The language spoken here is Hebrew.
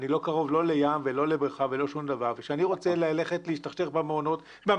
אני לא קרוב לא לים ולא לבריכה וכשאני רוצה ללכת להשתכשך במעיינות,